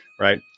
Right